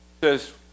says